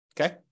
Okay